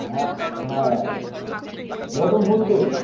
হ্যাঁ হ্যাঁ button phone তো